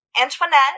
Antoinette